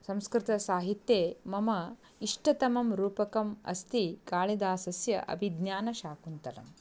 संस्कृतसाहित्ये मम इष्टतमं रूपकम् अस्ति कालिदासस्य अभिज्ञानशाकुन्तलं